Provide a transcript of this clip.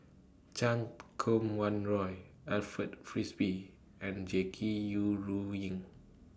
Chan Kum Wah Roy Alfred Frisby and Jackie Yi Ru Ying